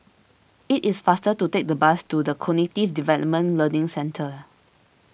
it is faster to take the bus to the Cognitive Development Learning Centre